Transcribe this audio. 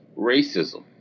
racism